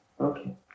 Okay